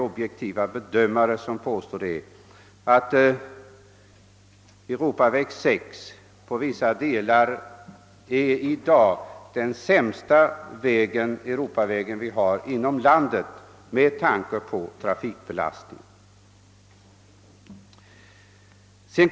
Objektiva bedömare påstår att Europaväg 6 på vissa sträckor är den sämsta Europavägen inom landet med hänsyn till trafikbelastningen.